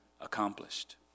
accomplished